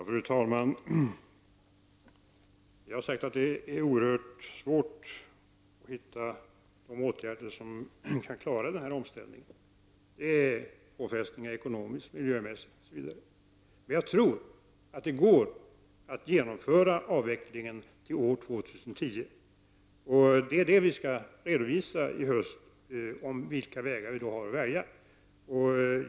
Fru talman! Jag har sagt att det är oerhört svårt att finna de åtgärder som kan klara av denna omställning. Det är fråga om ekonomiska, miljömässiga och andra påfrestningar. Jag tror emellertid att det går att genomföra avvecklingen till år 2010. Och vi skall i höst redovisa vilka vägar vi har att välja mellan.